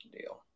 deal